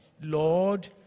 Lord